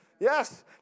Yes